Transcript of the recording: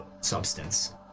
substance